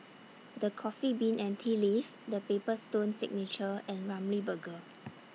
The Coffee Bean and Tea Leaf The Paper Stone Signature and Ramly Burger